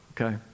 okay